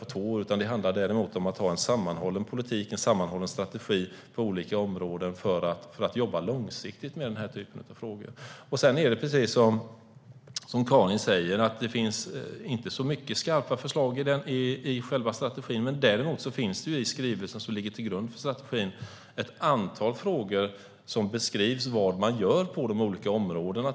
I den här typen av frågor handlar det om att ha en sammanhållen politik och strategi och att jobba långsiktigt med dem. Precis som Karin säger finns det inte så många skarpa förslag i själva strategin. Däremot finns det i skrivelsen, som ligger till grund för strategin, ett antal beskrivningar av vad man gör på de olika områdena.